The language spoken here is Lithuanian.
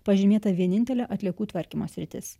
pažymėta vienintelė atliekų tvarkymo sritis